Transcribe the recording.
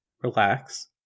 relax